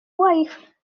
wife